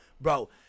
Bro